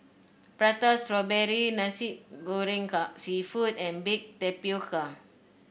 Prata Strawberry Nasi Goreng seafood and Baked Tapioca